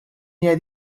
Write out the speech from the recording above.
near